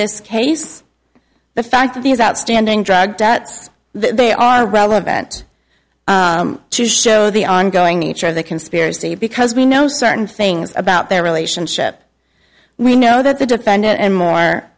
this case the fact that these outstanding drug they are relevant to show the ongoing nature of the conspiracy because we know certain things about their relationship we know that the defendant and more